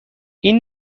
این